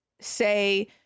say